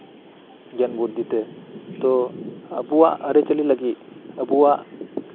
ᱜᱮᱱ ᱵᱩᱨᱫᱷᱤᱛᱮ ᱛᱚ ᱟᱵᱩᱣᱟᱜ ᱟᱹᱨᱤᱪᱟᱹᱞᱤ ᱞᱟᱹᱜᱤᱫ ᱟᱵᱩᱣᱟᱜ